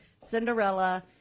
Cinderella